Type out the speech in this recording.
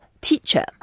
teacher